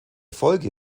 folge